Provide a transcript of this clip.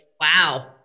wow